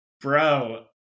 Bro